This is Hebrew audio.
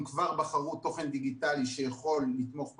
הם כבר בחרו תוכן דיגיטלי שיכול לתמוך במהלך.